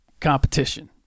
competition